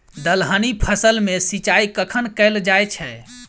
दलहनी फसल मे सिंचाई कखन कैल जाय छै?